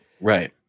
Right